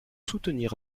soutenir